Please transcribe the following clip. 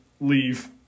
leave